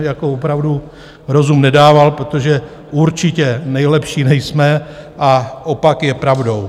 Tak to mi opravdu rozum nedával, protože určitě nejlepší nejsme a opak je pravdou.